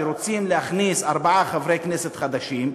שרוצים להכניס ארבעה חברי כנסת חדשים,